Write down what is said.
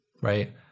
right